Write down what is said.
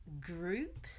groups